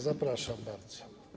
Zapraszam bardzo.